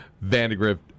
Vandegrift